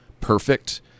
perfect